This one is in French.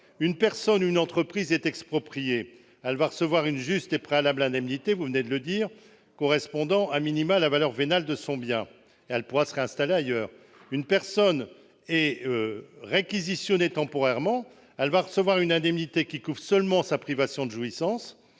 Une personne ou une entreprise est expropriée. Elle recevra une juste et préalable indemnité correspondant à la valeur vénale de son bien et elle pourra se réinstaller ailleurs. Une personne est réquisitionnée temporairement. Elle recevra une indemnité qui couvrira seulement sa privation de jouissance.